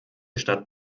stadt